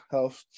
Health